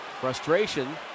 Frustration